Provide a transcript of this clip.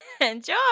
Enjoy